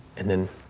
and then